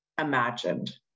imagined